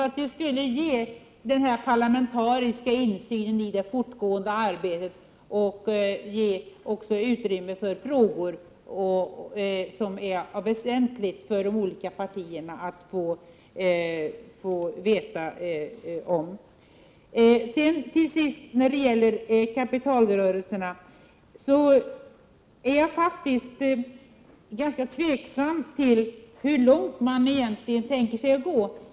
Sådana rapporter skulle ge en parlamentarisk insyn i det fortgående arbetet och bereda möjlighet för de politiska partierna att ställa frågor. När det till sist gäller kapitalrörelserna är jag ganska tveksam till hur långt man egentligen tänker gå.